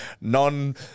non